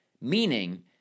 meaning